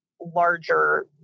larger